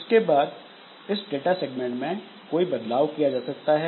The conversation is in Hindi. उसके बाद इस डाटा सेगमेंट में कोई बदलाव किया जा सकता है